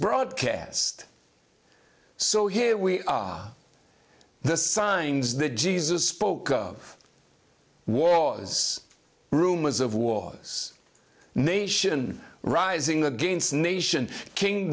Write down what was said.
broadcast so here we are the signs that jesus spoke of wars rumors of wars nation rising against nation king